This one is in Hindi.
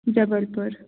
जबलपुर